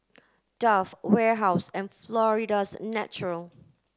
Dove Warehouse and Florida's Natural